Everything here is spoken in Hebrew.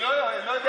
עד עשר